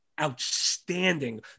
outstanding